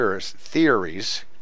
theories